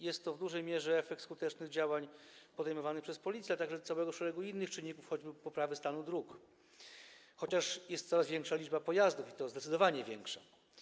Jest to w dużej mierze efekt skutecznych działań podejmowanych przez policję, a także całego szeregu innych czynników, choćby poprawy stanu dróg, chociaż jest coraz większa liczba pojazdów, i to zdecydowanie większa.